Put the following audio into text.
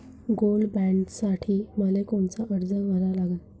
Gold बॉण्डसाठी मले कोनचा अर्ज भरा लागन?